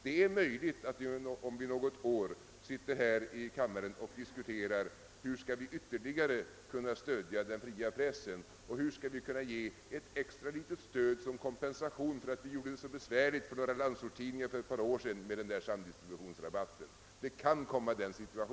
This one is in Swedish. Det är möjligt att vi om något år diskuterar här i kammaren hur vi ytterligare skall kunna stödja den fria pressen och ge den ett litet extra stöd som kompensation för att vi gjorde det så besvärligt för några landsortstidningar för ett par år sedan med den där samdistributionsrabatten. Den situationen kan uppstå.